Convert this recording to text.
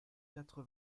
quatre